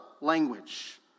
language